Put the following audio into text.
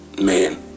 Man